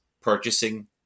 purchasing